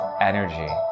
energy